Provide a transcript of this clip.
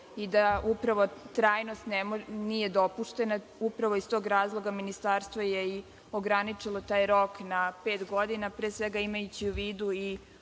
i da upravo trajnost nije dopuštena. Iz tog razloga je ministarstvo ograničilo taj rok na pet godina, pre svega imajući u vidu